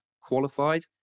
qualified